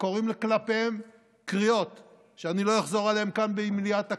וקוראים כלפיהן קריאות שאני לא אחזור עליהן כאן במליאת הכנסת,